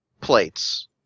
plates